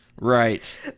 Right